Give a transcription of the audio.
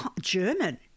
German